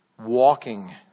walking